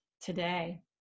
today